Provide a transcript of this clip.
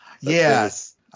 Yes